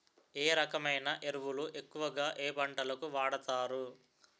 ఏ రకమైన ఎరువులు ఎక్కువుగా ఏ పంటలకు వాడతారు?